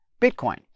Bitcoin